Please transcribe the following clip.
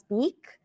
speak